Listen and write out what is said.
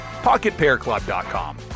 pocketpairclub.com